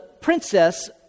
princess